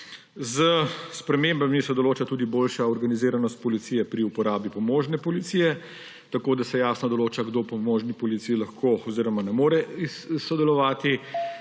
S spremembami se določa tudi boljša organiziranost policije pri uporabi pomožne policije, tako da se jasno določa, kdo v pomožni policiji lahko oziroma ne more sodelovati.